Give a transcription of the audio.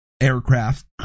aircraft